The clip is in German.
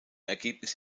ergebnis